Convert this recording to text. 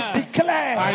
declare